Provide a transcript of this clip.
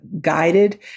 guided